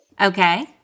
Okay